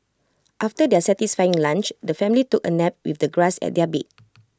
after their satisfying lunch the family took A nap with the grass as their bed